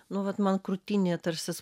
nu vat man krūtinėje tarsi